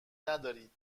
ندارید